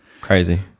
crazy